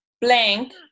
blank